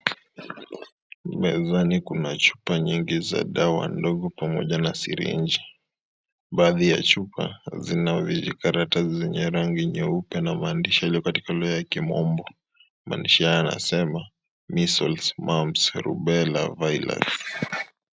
Mezani kuna chupa nyingi za dwa ndogo pamoja na sirinji , baadhi ya chupa zina vijikaratasi zenye rangi ya nyeupe namaandishi yaliyo katika lugha ya kimombo maandishi haya yanasema measles , mumps, rubela virus .